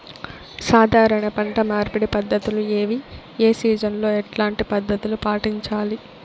సాధారణ పంట మార్పిడి పద్ధతులు ఏవి? ఏ సీజన్ లో ఎట్లాంటి పద్ధతులు పాటించాలి?